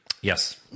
Yes